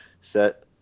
set